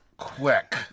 quick